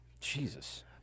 Jesus